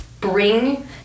bring